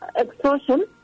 extortion